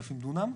ל-5,000 דונם.